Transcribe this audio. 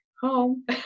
home